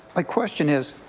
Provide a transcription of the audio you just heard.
my question is